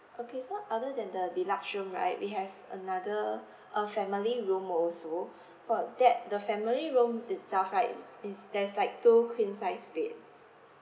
okay so other than the deluxe room right we have another a family room also for that the family room itself right is there's like two queen sized bed